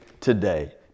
today